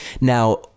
now